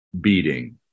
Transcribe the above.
beating